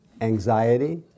anxiety